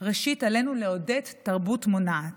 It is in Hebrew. ראשית, עלינו לעודד תרבות מונעת.